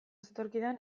zetorkidan